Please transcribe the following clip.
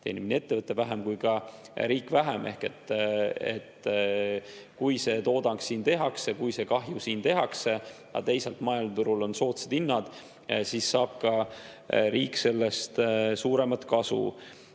teenib nii ettevõte vähem kui ka riik vähem. Ehk kui see toodang siin tehakse, kui see kahju siin tehakse, aga teisalt maailmaturul on soodsad hinnad, siis saab riik sellest suuremat kasu.